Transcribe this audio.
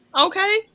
Okay